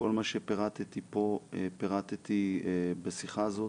כל מה שפירטתי פה, פירטתי בשיחה הזאת.